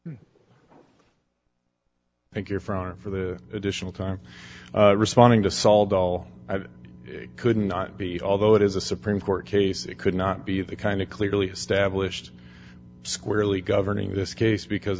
you for the additional time responding to solved all couldn't be although it is a supreme court case it could not be the kind of clearly established squarely governing this case because